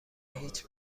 هیچ